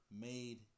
made